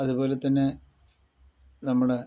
അതുപോലെ തന്നെ നമ്മുടെ